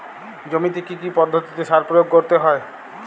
জমিতে কী কী পদ্ধতিতে সার প্রয়োগ করতে হয়?